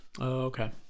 Okay